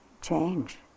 change